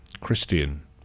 Christian